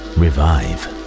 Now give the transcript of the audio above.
revive